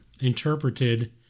interpreted